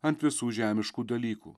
ant visų žemiškų dalykų